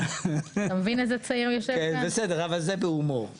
כי זה מצריך הרבה מאוד חשיבה.